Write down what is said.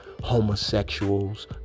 homosexuals